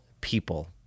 people